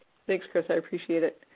thanks, chris. i appreciate it.